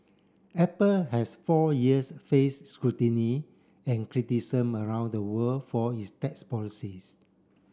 Apple has for years face scrutiny and cristicism around the world for its tax policies